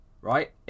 right